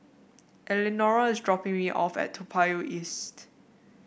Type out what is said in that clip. Eleanora is dropping me off at Toa Payoh East